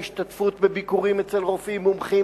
ההשתתפות בביקורים אצל רופאים מומחים,